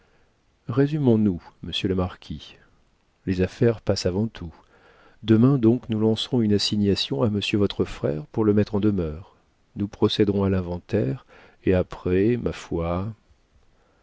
résumons nous monsieur le marquis les affaires passent avant tout demain donc nous lancerons une assignation à monsieur votre frère pour le mettre en demeure nous procéderons à l'inventaire et après ma foi